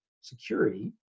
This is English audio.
security